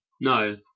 No